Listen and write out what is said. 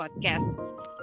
podcast